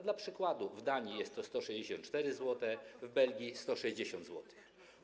Dla przykładu w Danii jest to 164 zł, w Belgii - 160 zł.